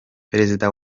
perezida